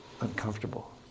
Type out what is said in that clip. uncomfortable